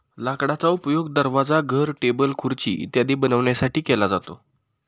लाकडाचा उपयोग दरवाजा, घर, टेबल, खुर्ची इत्यादी बनवण्यासाठी केला जातो